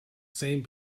same